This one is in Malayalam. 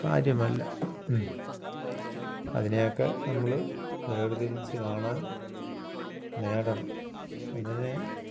കാര്യമല്ല അതിനെയൊക്കെ നമ്മൾ വേർതിരിച്ചു കാണാൻ നേടണം അതിനെ